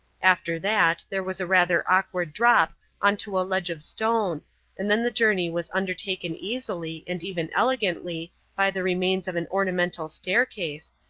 after that, there was a rather awkward drop on to a ledge of stone and then the journey was undertaken easily and even elegantly by the remains of an ornamental staircase,